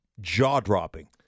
jaw-dropping